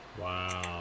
wow